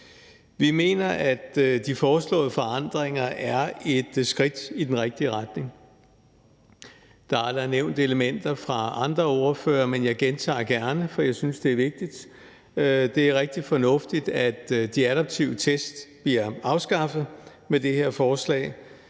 Vi mener, at de foreslåede forandringer er et skridt i den rigtige retning. Der er da nævnt elementer af andre ordførere, men jeg gentager gerne, for jeg synes, det er vigtigt. Det er rigtig fornuftigt, at de adaptive test bliver afskaffet med det her forslag.